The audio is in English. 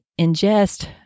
ingest